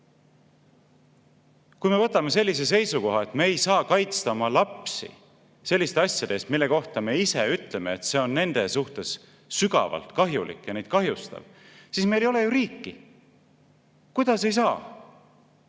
Kui me võtame sellise seisukoha, et me ei saa kaitsta oma lapsi asjade eest, mille kohta me ise ütleme, et see on nendele sügavalt kahjulik ja neid kahjustab, siis meil ei ole ju riiki. Kuidas ei saa?